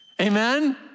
Amen